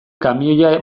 kamioia